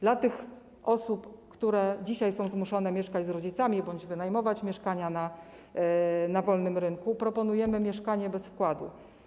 Dla tych osób, które dzisiaj są zmuszone mieszkać z rodzicami bądź wynajmować mieszkania na wolnym rynku, proponujemy mieszkanie bez wkładu.